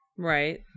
Right